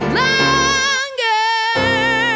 longer